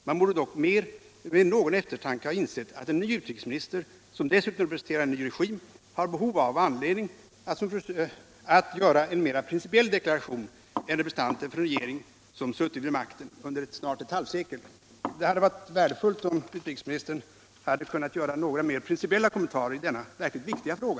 Man borde dock med någon eftertanke ha insett att en ny utrikesminister, som dessutom representerar en ny regim, har behov av och anledning att göra en mera principiell deklaration än representanter för en regering som suttit vid makten under snart ett halvsekel. Det hade varit värdefullt, om utrikesministern hade kunnat göra några mer principiella kommentarer i denna verkligt viktiga fråga.